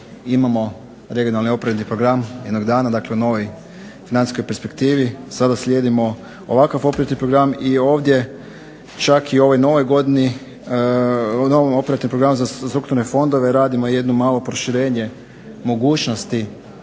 imamo regionalni operativni program jednog dana, dakle u novoj financijskoj perspektivi. Sada slijedimo ovakav operativni program i ovdje čak i u ovoj novoj godini i novom operativnom programu za strukturne fondove radimo jedno malo proširenje mogućnosti